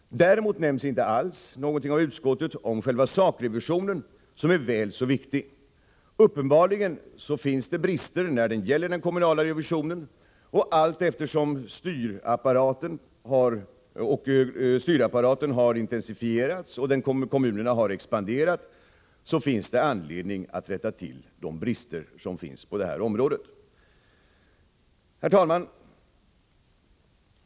Däremot nämner inte utskottet någonting alls om själva sakrevisionen, som är väl så viktig. Uppenbarligen finns det brister när det gäller den kommunala revisionen, och allteftersom styrapparaten intensifieras och kommunerna expanderar finns det anledning att rätta till de brister som finns på det här området. Herr talman!